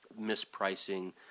mispricing